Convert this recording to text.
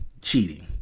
cheating